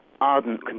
ardent